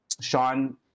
Sean